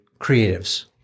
creatives